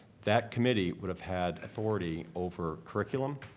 that committee would have had authority over curriculum,